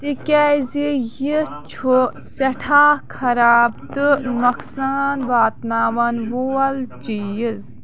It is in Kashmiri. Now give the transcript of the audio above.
تِکیازِ یہِ چھُ سٮ۪ٹھاہ خراب تہٕ نۄقصان واتناون وول چیٖز